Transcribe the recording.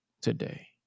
today